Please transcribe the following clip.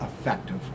effective